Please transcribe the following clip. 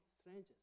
strangers